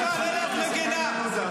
עצור, עצור, עצור.